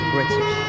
British